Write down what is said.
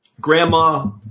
Grandma